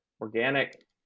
Organic